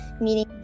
Meaning